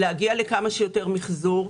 להגיע לכמה שיותר מחזור.